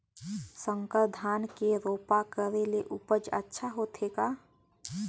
संकर धान के रोपा करे ले उपज अच्छा होथे का?